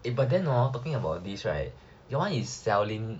eh but then hor talking about this right your [one] is selling